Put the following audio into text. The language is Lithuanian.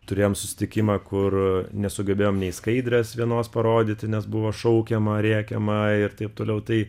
turėjom susitikimą kur nesugebėjom nei skaidrės vienos parodyti nes buvo šaukiama rėkiama ir taip toliau tai